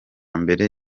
mbere